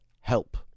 help